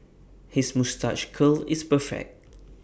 his moustache curl is perfect